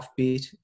offbeat